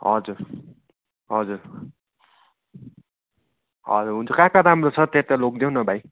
हजुर हजुर हजुर हुन्छ कहाँ कहाँ राम्रो छ त्यहाँ त्यहाँ लगिदेऊ न भाइ